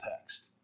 text